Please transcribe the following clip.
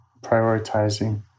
prioritizing